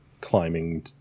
climbing